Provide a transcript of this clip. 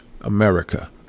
America